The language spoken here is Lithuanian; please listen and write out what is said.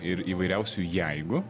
ir įvairiausių jeigu